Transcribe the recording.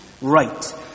Right